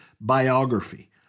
biography